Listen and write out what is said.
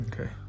Okay